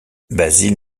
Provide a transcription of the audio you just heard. basile